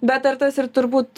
bet ar tas ir turbūt